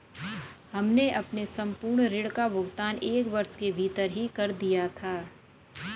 हमने अपने संपूर्ण ऋण का भुगतान एक वर्ष के भीतर ही कर दिया था